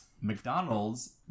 McDonald's